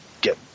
get